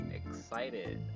excited